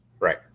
Right